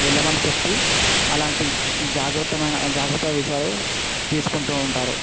వెళ్ళమని చెప్పి అలాంటి జాగ్రత్తమైన జాగ్రత్త విషయాలు తీసుకుంటూ ఉంటారు